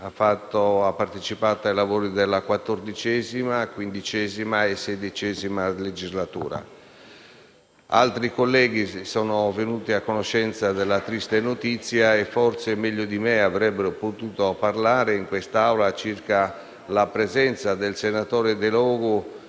ha partecipato ai lavori della XIV, XV e XVI legislatura. Altri colleghi sono venuti a conoscenza della triste notizia e, forse, meglio di me avrebbero potuto parlare in quest'Assemblea circa la presenza del senatore Delogu